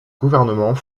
gouvernements